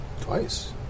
Twice